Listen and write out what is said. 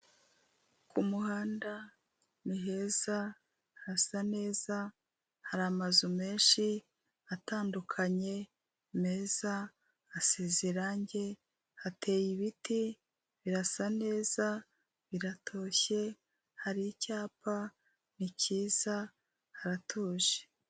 Ku muhanda ni heza, hasa neza, hari amazu menshi, atandukanye meza asize irange, hateye ibiti birasa neza, biratoshye, hari icyapa, ni kiza, haratuje.